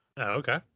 Okay